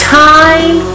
time